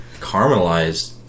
caramelized